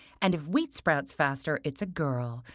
and if wheat sprouts faster, it's a girl,